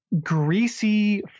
greasy